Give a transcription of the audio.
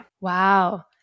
Wow